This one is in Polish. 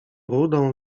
rudą